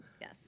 Yes